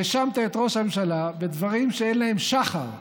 האשמת את ראש הממשלה בדברים שאין להם שחר,